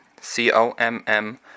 C-O-M-M